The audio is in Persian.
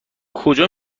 کجا